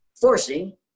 forcing